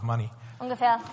Ungefähr